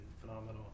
phenomenal